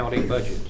budget